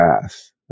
path